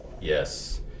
Yes